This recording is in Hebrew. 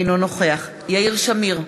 אינו נוכח יאיר שמיר,